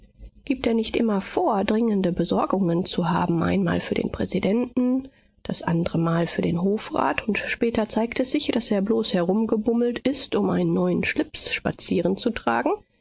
gibt er nicht immer vor dringende besorgungen zu haben einmal für den präsidenten das andre mal für den hofrat und später zeigt es sich daß er bloß herumgebummelt ist um einen neuen schlips spazierenzutragen